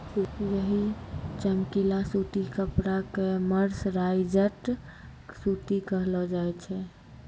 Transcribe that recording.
यही चमकीला सूती कपड़ा कॅ मर्सराइज्ड सूती कहलो जाय छै